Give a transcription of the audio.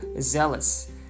zealous